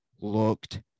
looked